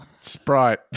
Sprite